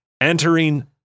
Entering